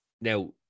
now